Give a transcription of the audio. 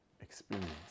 experience